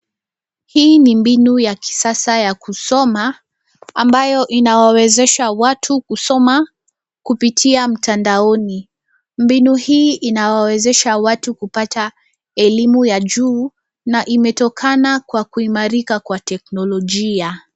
Hii ni mbinu ya kisasa ya kusoma ambayo inawawezesha watu kusoma kupitia mtandaoni. Mbinu hii inawezesha watu kupata elimu ya juu na imetokana kwa kuimarika kwa teknolojia.